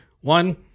One